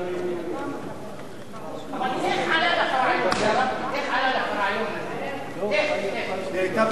2011. ההצעה להעביר את הצעת חוק כביש אגרה (כביש ארצי לישראל) (תיקון,